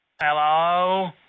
Hello